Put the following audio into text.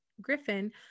Griffin